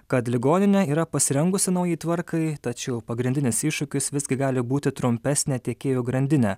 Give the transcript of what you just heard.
kad ligoninė yra pasirengusi naujai tvarkai tačiau pagrindinis iššūkis visgi gali būti trumpesnė tiekėjų grandinė